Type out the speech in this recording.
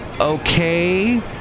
okay